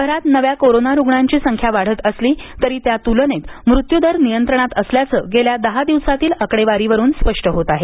शहरात नव्या करोना रुग्णांची संख्या वाढत असली तरी त्या तुलनेत मृत्यूदर नियंत्रणात असल्याचं गेल्या दहा दिवसांतील आकडेवारीवरून स्पष्ट होत आहे